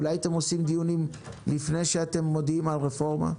אולי הייתם עורכים דיונים לפני שהודעתם על רפורמה?